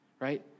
right